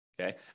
Okay